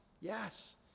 yes